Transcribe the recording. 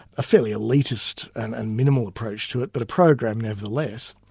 a fairly elitist and and minimal approach to it, but a program nevertheless.